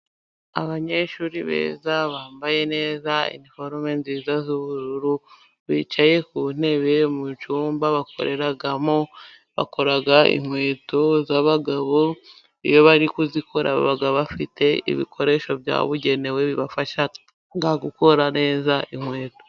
Abanyeshuri beza bambaye neza iniforome nziza y'ubururu bicaye ku ntebe mu cyumba bakoreramo, bakora inkweto z'abagabo, iyo bari kuzikora baba bafite ibikoresho byabugenewe bibafasha gukora neza inkweto.